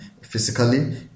physically